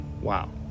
Wow